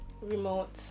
Remote